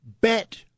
bet